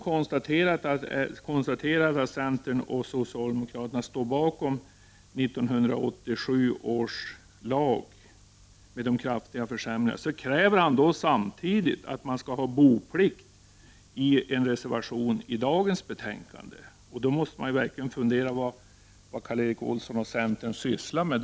Karl Erik Olsson konstaterar att centern och socialdemokraterna stod bakom de kraftiga försämringar i lagen som genomfördes 1987. Samtidigt kräver han boendeplikt, i en reservation till dagens betänkande. Det gör att man verkligen funderar över vad Karl Erik Olsson och centern sysslar med.